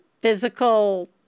physical